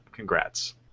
Congrats